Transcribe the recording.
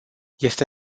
este